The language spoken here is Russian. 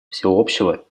всеобщего